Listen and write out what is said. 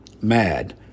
mad